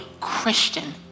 Christian